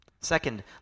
Second